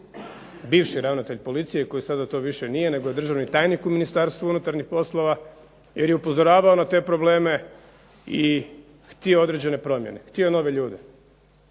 bivši ravnatelj policije koji sada to više nije nego je državni tajnik u Ministarstvu unutarnjih poslova jer je upozoravao na te probleme i htio je neke promjene, htio je nove ljude.